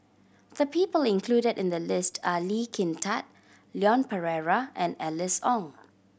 the people included in the list are Lee Kin Tat Leon Perera and Alice Ong